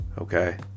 Okay